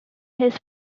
his